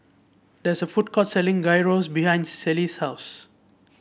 there is a food court selling Gyros behind Ceil's house